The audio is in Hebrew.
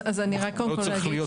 צריך שיהיה